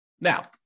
Now